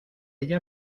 ella